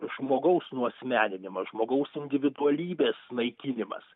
žmogaus nuasmeninimas žmogaus individualybės naikinimas